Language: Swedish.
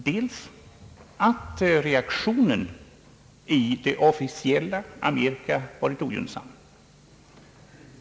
Den första är att det officiella Amerikas reaktion varit ogynnsam.